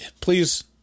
please